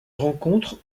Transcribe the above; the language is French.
rencontrent